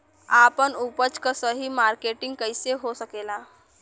आपन उपज क सही मार्केटिंग कइसे हो सकेला?